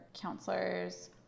counselors